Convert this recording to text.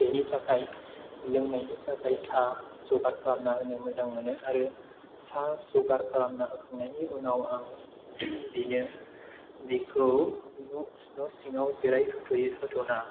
बिनि थाखाय लोंनायनि थाखाय साहा जगार खालामना होनो मोजां मोनो आरो साहा जगार खालामना होखांनायनि उनाव आं बिखौ न' सिङाव होथ'ना